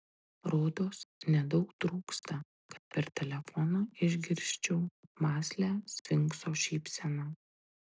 rodos nedaug trūksta kad per telefoną išgirsčiau mąslią sfinkso šypseną